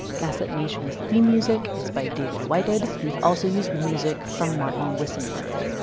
gaslit nation's theme music is by david whited. we've also used music from martin wisenberg.